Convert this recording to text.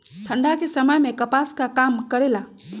ठंडा के समय मे कपास का काम करेला?